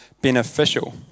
beneficial